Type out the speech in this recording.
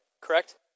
correct